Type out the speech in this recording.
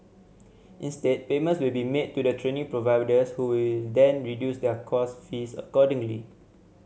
instead payments will be made to the training providers who will then reduce their course fees accordingly